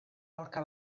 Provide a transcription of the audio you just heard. aurka